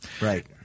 Right